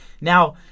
Now